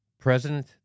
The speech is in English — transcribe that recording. President